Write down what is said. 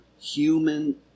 human